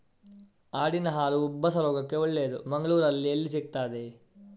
ಆಡಿನ ಹಾಲು ಉಬ್ಬಸ ರೋಗಕ್ಕೆ ಒಳ್ಳೆದು, ಮಂಗಳ್ಳೂರಲ್ಲಿ ಎಲ್ಲಿ ಸಿಕ್ತಾದೆ?